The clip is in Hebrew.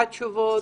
מה התשובות?